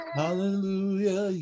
hallelujah